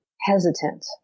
hesitant